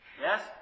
Yes